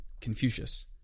Confucius